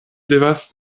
devas